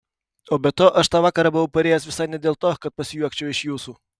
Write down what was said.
o be to aš tą vakarą buvau parėjęs visai ne dėl to kad pasijuokčiau iš jūsų